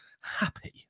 happy